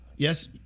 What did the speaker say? Yes